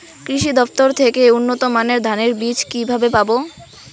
কৃষি দফতর থেকে উন্নত মানের ধানের বীজ কিভাবে পাব?